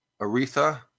Aretha